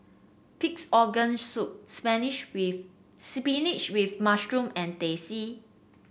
Pig's Organ Soup with spinach with mushroom and Teh C